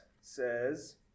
says